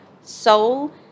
soul